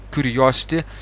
curiosity